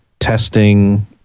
Testing